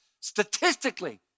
Statistically